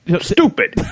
stupid